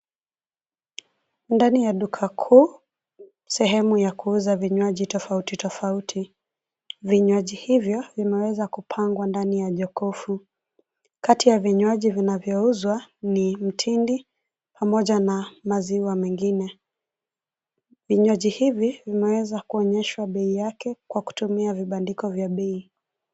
Ndani ya duka kuu sehemu ya kuuza vinywaji tofauti tofauti. Vinywaji hivyo vimeweza kupangwa ndani ya jokofu. Kati ya vinywaji vinavyouzwa ni mtindi pamoja na maziwa mengine. Vinywaji hivi vimeweza kuonyeshwa bei yake kwa kutumia vibandiko vya bei.